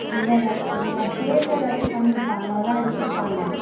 இவன் ஏதாச்சும் இவன் சேட்டை ஏதாச்சும் பண்ணியிருப்பான் அதனால் தான் அடிச்சுருப்பாங்க